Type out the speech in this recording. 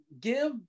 give